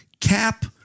cap